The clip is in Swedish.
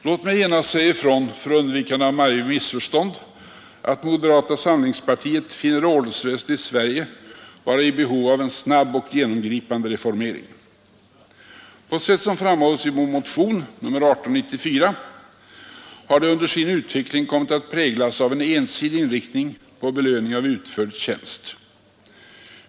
Låt mig genast säga ifrån, för undvikande av varje missförstånd, att moderata samlingspartiet finner ordensväsendet i Sverige vara i behov av en snabb och genomgripande reformering. På sätt som framhålls i vår motion 1894 har det i sin utveckling kommit att präglas av en ensidig inriktning på belöning av utförd tjänst.